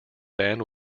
band